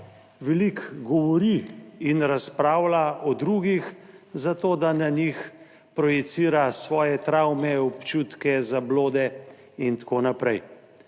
veliko govori in razpravlja o drugih za to, da na njih projicira svoje travme, občutke, zablode in tako naprej.